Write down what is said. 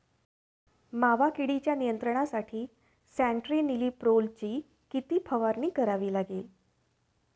मावा किडीच्या नियंत्रणासाठी स्यान्ट्रेनिलीप्रोलची किती फवारणी करावी लागेल?